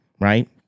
right